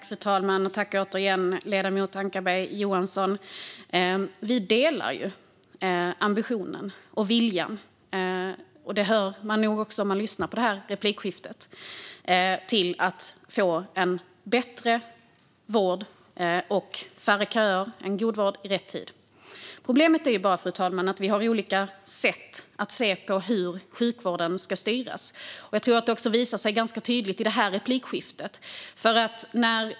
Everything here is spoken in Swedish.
Fru talman! Tack återigen, ledamoten Ankarberg Johansson! Om man lyssnar på replikskiftet hör man nog att vi delar ambitionen och viljan att få en bättre vård och färre köer - god vård i rätt tid. Problemet är bara att vi har olika sätt att se på hur sjukvården ska styras. Jag tror också att det visar sig ganska tydligt i det här replikskiftet.